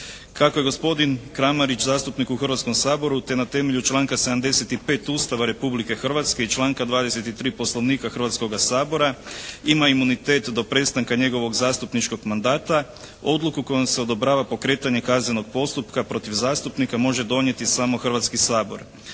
Kako je gospodin Kramarić zastupnik u Hrvatskom saboru te na temelju članka 75. Ustava Republike Hrvatske i članka 23. Poslovnika Hrvatskoga sabora ima imunitet do prestanka njegovog zastupničkog mandata, odluku kojom se odobrava pokretanje kaznenog postupka protiv zastupnika može donijeti samo Hrvatski sabor.